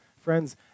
Friends